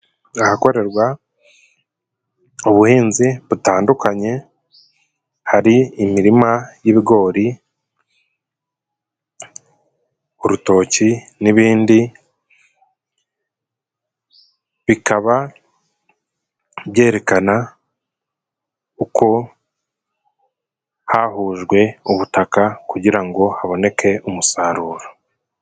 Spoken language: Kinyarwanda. Ahakorerwa ubuhinzi butandukanye, hari imirima y'ibigori, urutoki n'ibindi, bikaba byerekana uko hahujwe ubutaka kugira ngo haboneke umusaruro.